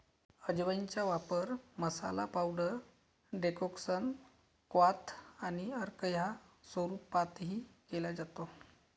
अजवाइनचा वापर masala, powder, decoction, क्वाथ आणि अर्क या स्वरूपातही केला जातो